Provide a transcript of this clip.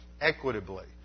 equitably